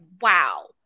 wow